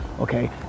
Okay